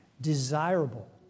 Desirable